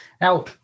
now